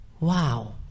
Wow